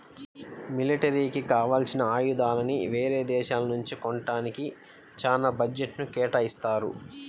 మిలిటరీకి కావాల్సిన ఆయుధాలని యేరే దేశాల నుంచి కొంటానికే చానా బడ్జెట్ను కేటాయిత్తారు